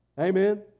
Amen